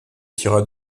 tira